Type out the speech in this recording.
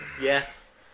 Yes